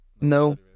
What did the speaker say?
No